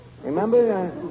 Remember